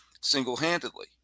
single-handedly